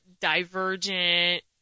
Divergent